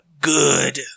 good